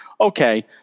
Okay